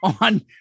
on